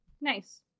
Nice